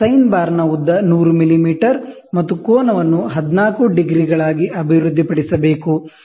sign ಬಾರ್ನ ಉದ್ದ 100 millimetre ಮತ್ತು ಕೋನವನ್ನು 14 ಡಿಗ್ರಿಗಳಾಗಿ ಅಭಿವೃದ್ಧಿಪಡಿಸಬೇಕು